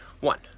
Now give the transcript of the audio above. One